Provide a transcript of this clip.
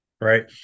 Right